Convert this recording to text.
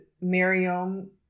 miriam